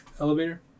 elevator